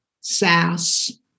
SaaS